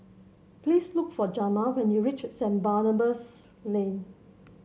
please look for Jamar when you reach Saint Barnabas Lane